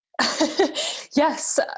Yes